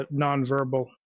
nonverbal